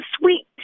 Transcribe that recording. sweet